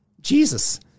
Jesus